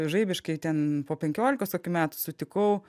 žaibiškai ten po penkiolikos kokių metų sutikau